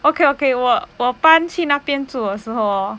okay okay 我我搬去那边住的时候 hor